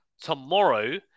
tomorrow